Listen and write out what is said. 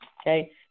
Okay